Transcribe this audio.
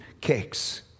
cakes